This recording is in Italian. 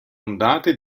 ondate